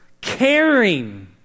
caring